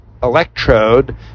Electrode